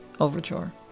Overture